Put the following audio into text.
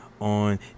on